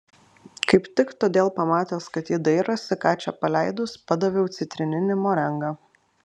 kaip tik todėl pamatęs kad ji dairosi ką čia paleidus padaviau citrininį morengą